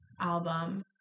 album